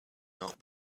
not